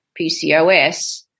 PCOS